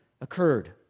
occurred